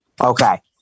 Okay